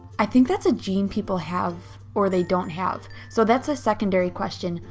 i think that's a gene people have, or they don't have. so that's a secondary question.